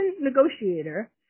negotiator